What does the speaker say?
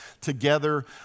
Together